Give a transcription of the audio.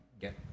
get